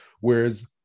whereas